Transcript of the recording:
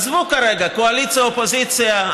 עזבו כרגע קואליציה אופוזיציה,